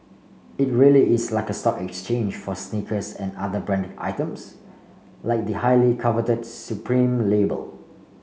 it really is like stock exchange for sneakers and other branded items like the highly coveted supreme label